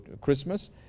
Christmas